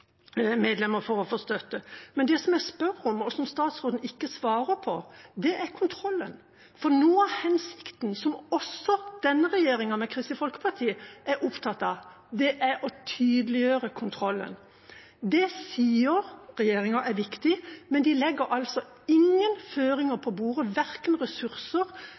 medlemmer for å få støtte. Men det jeg spør om, og som statsråden ikke svarer på, er kontrollen. For noe av hensikten, som også denne regjeringa med Kristelig Folkeparti er opptatt av, er å tydeliggjøre kontrollen. Det sier regjeringa er viktig, men de legger altså ingen føringer på bordet, verken ressurser